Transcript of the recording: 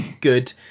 good